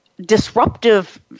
disruptive